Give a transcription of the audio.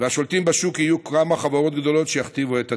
והשולטים בשוק יהיו כמה חברות גדולות שיכתיבו את הטון.